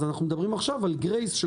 אז אנחנו מדברים עכשיו על גרייס של